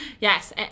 Yes